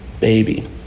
baby